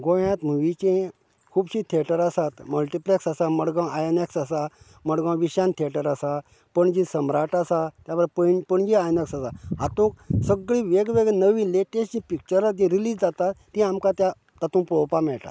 गोंयांत मुवीचें खुबशें थियेटर आसात मस्टिप्लेक्स आसा मडगांव आयोनेक्स आसा मडगांव विशांत थियेटर आसात पणजे सम्राट आसा त्या भायर पण पणजे आयोनोक्स आसा हातूंत सगळें नवें नवें लेटस्ट पिक्चरा ती रिलीज जाता ती आमकां ती आमकां त्या तातुंत पळोवपाक मेळटा